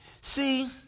see